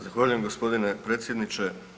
Zahvaljujem g. predsjedniče.